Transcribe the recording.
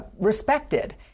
respected